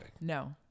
No